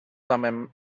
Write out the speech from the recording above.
thummim